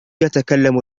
يتكلم